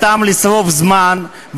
סתם לשרוף זמן,